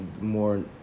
more